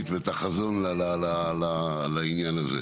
על סדר היום: